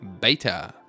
Beta